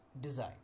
design